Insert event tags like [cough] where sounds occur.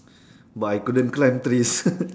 but I couldn't climb trees [laughs]